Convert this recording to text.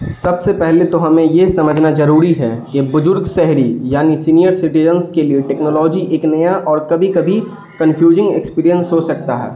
سب سے پہلے تو ہمیں یہ سمجھنا ضروری ہے کہ بزرگ شہری یعنی سینئر سٹیزنس کے لیے ٹیکنالوجی ایک نیا اور کبھی کبھی کنفیوزنگ ایکسپریئنس ہو سکتا ہے